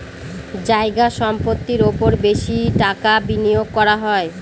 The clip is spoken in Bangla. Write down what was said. জায়গা সম্পত্তির ওপর বেশি টাকা বিনিয়োগ করা হয়